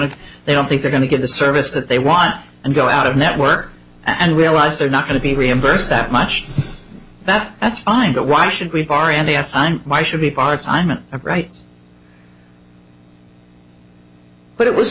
to they don't think they're going to get the service that they want and go out of network and realize they're not going to be reimbursed that much that that's fine but why should we are and yes i'm my should be parts i'm an upright but it was